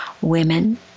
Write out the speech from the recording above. women